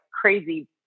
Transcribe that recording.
crazy